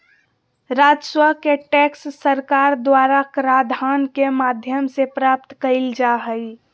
राजस्व के टैक्स सरकार द्वारा कराधान के माध्यम से प्राप्त कइल जा हइ